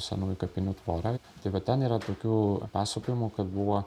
senųjų kapinių tvora tai va ten yra tokių pasakojimų kad buvo